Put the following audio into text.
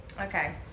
Okay